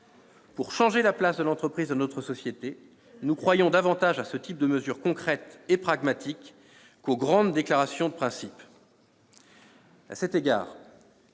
Pour changer la place de l'entreprise dans notre société, nous croyons davantage à ce type de mesures concrètes et pragmatiques qu'aux grandes déclarations de principes.